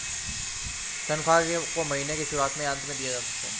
तन्ख्वाह को महीने के शुरुआत में या अन्त में दिया जा सकता है